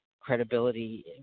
credibility